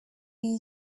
iyi